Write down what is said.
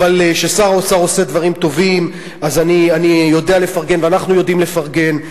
אבל כששר האוצר עושה דברים טובים אני יודע לפרגן ואנחנו יודעים לפרגן.